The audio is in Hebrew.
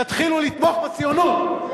תתחילו לתמוך בציונות.